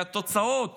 והתוצאות